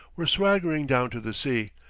were swaggering down to the sea,